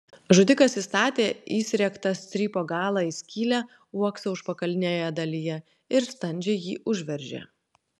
žudikas įstatė įsriegtą strypo galą į skylę uokso užpakalinėje dalyje ir standžiai jį užveržė